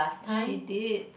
she did